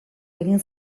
egin